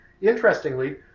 Interestingly